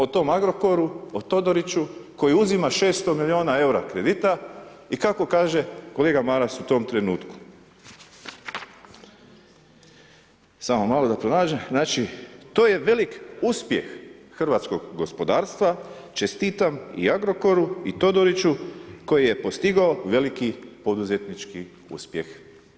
O tom Agrokoru, o Todoriću koji uzima 600 milijuna eura kredita i kako kaže kolega Maras u tom trenutku, samo malo da pronađem, znači to je velik uspjeh hrvatskog gospodarstva, čestitam i Agrokoru i Todoriću koji je postigao veliki poduzetnički uspjeh.